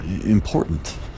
important